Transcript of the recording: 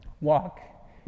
Walk